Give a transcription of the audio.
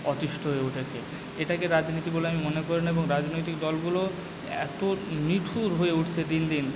অতিষ্ঠ হয়ে উঠেছে এটাকে রাজনীতি বলে আমি মনে করি না এবং রাজনৈতিক দলগুলো এতো নিঠুর হয়ে উঠছে দিনদিন